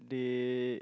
they